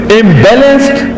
imbalanced